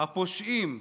הפושעים,